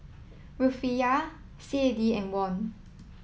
Rufiyaa C A D and Won